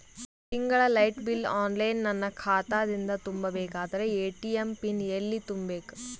ತಿಂಗಳ light bill online ನನ್ನ ಖಾತಾ ದಿಂದ ತುಂಬಾ ಬೇಕಾದರ ಎ.ಟಿ.ಎಂ ಪಿನ್ ಎಲ್ಲಿ ತುಂಬೇಕ?